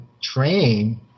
train